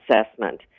assessment